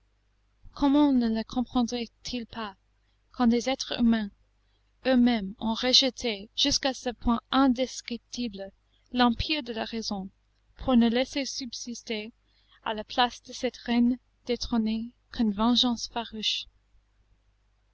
comment ne le comprendrait il pas quand des êtres humains eux-mêmes ont rejeté jusqu'à ce point indescriptible l'empire de la raison pour ne laisser subsister à la place de cette reine détrônée qu'une vengeance farouche